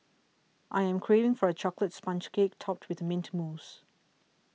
I am craving for a Chocolate Sponge Cake Topped with Mint Mousse